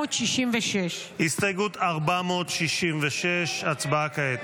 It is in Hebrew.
466. הסתייגות 466, הצבעה כעת.